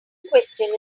question